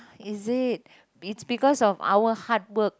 is it it's because of our hard work